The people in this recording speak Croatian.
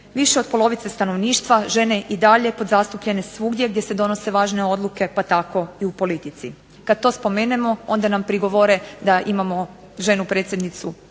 više od polovice stanovništva žene i dalje podzastupljene svugdje gdje se donose važne odluke, pa tako i u politici. Kada to spomenemo, onda nam prigovore da imamo ženu predsjednicu